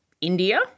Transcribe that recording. India